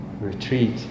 retreat